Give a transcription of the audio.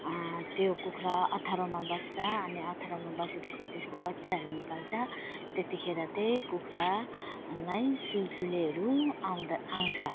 त्यो कुखुरा ओथ्रामा बस्छ अनि ओथ्रामा बसे पछि त्यसको बच्चाहरू निकाल्छ त्यतिखेर त्यही कुखुरालाई सुलसुलेहरू आउँदा आउँछ